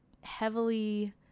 heavily